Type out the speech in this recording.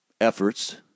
efforts